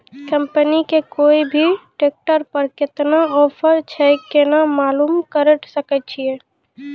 Company के कोय भी ट्रेक्टर पर केतना ऑफर छै केना मालूम करऽ सके छियै?